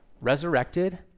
resurrected